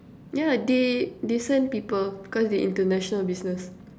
yeah they they send people cause they international business